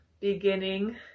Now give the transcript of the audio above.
beginning